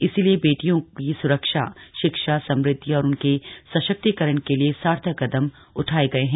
इसी लिए बेटिओं की सुरक्षा शिक्षा समृद्धि और उनके शश्क्तिकरण के लिए सार्थक कदम उठाए गये है